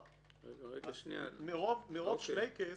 מרוב שלייקס